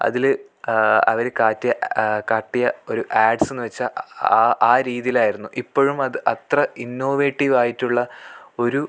അതിൽ അവർ കാറ്റിയ കാട്ടിയ ഒരു ആട്സ് എന്ന് വെച്ചാൽ ആ രീതിയിലായിരുന്നു ഇപ്പോഴും അത് അത്ര ഇന്നോവേറ്റീവ് ആയിട്ടുള്ള ഒരു